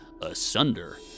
asunder